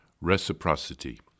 reciprocity